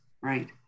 right